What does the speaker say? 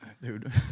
dude